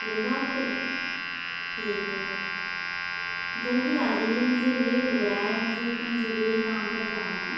फूलबाग पर ठीक है जल्दी आ जाइए मुझे लेट हो रहा है मुझे कहीं जरूरी काम पर जाना है